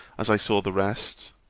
as i saw the rest.